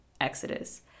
Exodus